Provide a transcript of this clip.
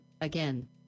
again